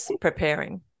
preparing